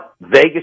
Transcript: Vegas